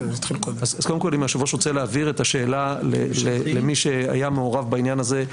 אם היושב-ראש רוצה להעביר את השאלה למי שהיה מעורב בעניין הזה.